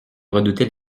redoutait